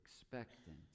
expectant